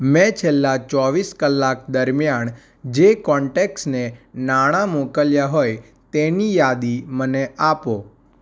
મેં છેલ્લા ચોવીસ કલાક દરમિયાન જે કોન્ટેક્ટ્સને નાણાં મોકલ્યાં હોય તેની યાદી મને આપો